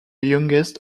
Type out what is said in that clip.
youngest